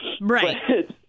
right